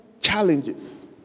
challenges